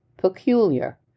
peculiar